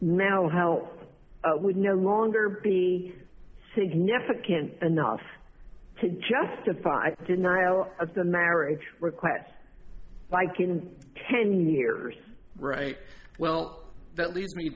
now how would no longer be significant enough to justify denial of the marriage requests like in ten years right well